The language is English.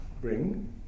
bring